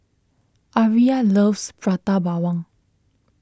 Aria loves Prata Bawang